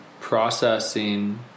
processing